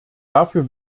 dafür